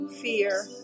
fear